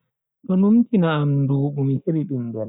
Do numtina am ndubu mi hebi bingel.